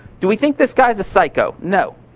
do we think this guy's a psycho? no.